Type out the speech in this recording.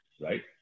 right